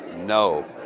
No